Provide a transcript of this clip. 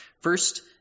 First